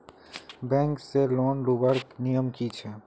Bank से loan लुबार नियम की छे?